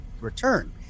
return